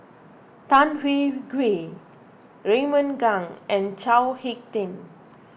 Tan Hwee Hwee Raymond Kang and Chao Hick Tin